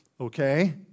Okay